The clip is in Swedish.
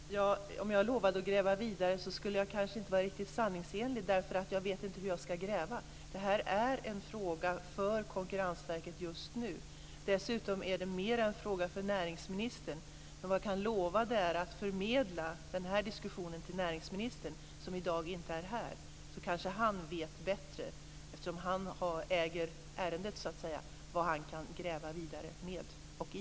Fru talman! Om jag lovade att gräva vidare skulle jag kanske inte vara riktigt sanningsenlig, eftersom jag inte vet hur jag skall gräva. Det här är just nu en fråga för Konkurrensverket. Dessutom är detta mera en fråga för näringsministern. Vad jag kan lova är att förmedla den här diskussionen till näringsministern, som i dag inte är här. Eftersom han så att säga äger ärendet, vet han kanske bättre vad man kan gräva vidare med och i.